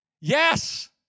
Yes